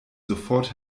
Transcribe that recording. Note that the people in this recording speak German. sofort